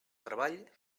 treball